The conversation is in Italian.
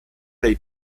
dai